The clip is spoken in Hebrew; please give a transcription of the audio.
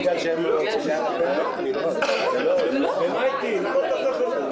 תלוי בהמשך.